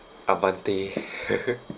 advante